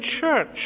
church